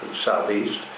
southeast